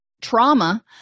trauma